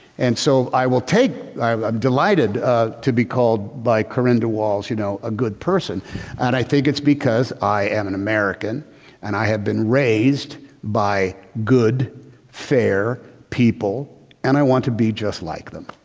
and so i will take, i'm delighted to be called by karynda walls, you know a good person and i think it's because i am an american and i have been raised by good fair people and i want to be just like them.